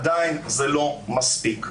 עדיין זה לא מספיק.